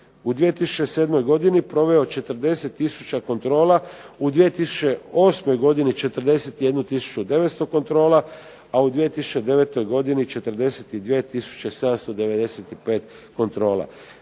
u 2007. godini proveo 40000 kontrola. U 2008. godini 41900 kontrola, a u 2009. godini 42795 kontrola.